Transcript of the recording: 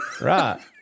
Right